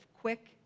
quick